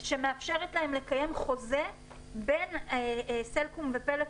שמאפשרת להם לקיים וחוזה בין סלקום ופלאפון,